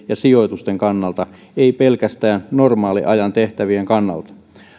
ja sijoitusten kannalta ei pelkästään normaaliajan tehtävien kannalta